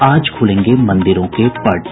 आज खूलेंगे मंदिरों के पट